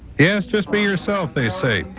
yes, just be yourself they say.